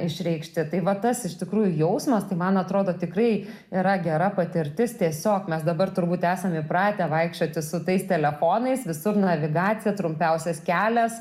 išreikšti tai vat tas iš tikrųjų jausmas tai man atrodo tikrai yra gera patirtis tiesiog mes dabar turbūt esame įpratę vaikščioti su tais telefonais visur navigacija trumpiausias kelias